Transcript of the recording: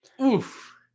Oof